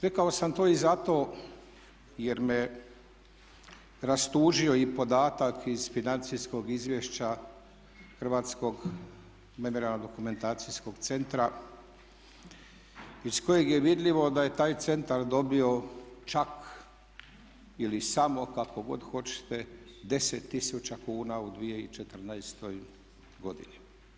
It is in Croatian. Rekao sam to i zato jer me rastužio i podatak iz financijskog izvješća Hrvatskog memorijalno-dokumentacijskog centra iz kojeg je vidljivo da je taj centar dobio čak ili samo kako god hoćete 10 tisuća kuna u 2014. godini.